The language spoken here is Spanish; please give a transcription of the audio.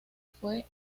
fue